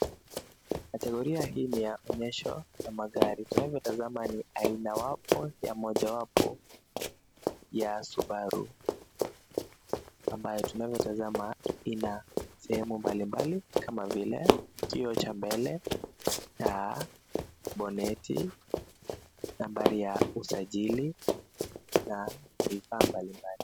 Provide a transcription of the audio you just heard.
Kategoria hii ni ya onyesho ya magari. Tunayotazama ni aina ya mojawapo ya Subaru ambayo tunavyotazama ina sehemu mbalimbali kama vile kioo cha mbele, taa boneti, nambari ya usajili na vifaa mbalimbali.